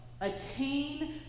attain